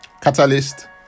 catalyst